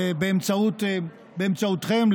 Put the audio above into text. ובאמצעותכם,